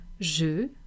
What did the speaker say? Je